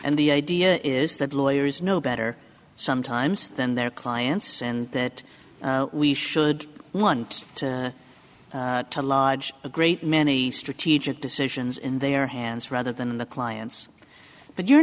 and the idea is that lawyers know better sometimes than their clients and that we should want to lodge a great many strategic decisions in their hands rather than the clients but you're